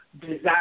desire